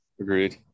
Agreed